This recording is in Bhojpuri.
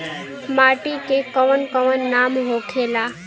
माटी के कौन कौन नाम होखेला?